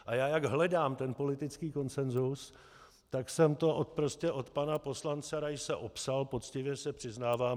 A já jak hledám ten politický konsenzus, tak jsem to prostě od pana poslance Raise opsal, poctivě se přiznávám.